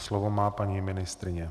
Slovo má paní ministryně.